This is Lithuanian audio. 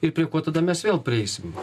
ir prie ko tada mes vėl prieisim